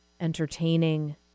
entertaining